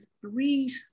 three